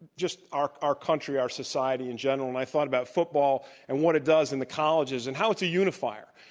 just our our country, our society in general, and i thought about football and what it does in the colleges and how it's a unifier.